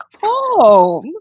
home